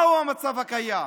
מהו המצב הקיים?